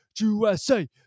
USA